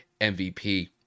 MVP